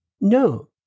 No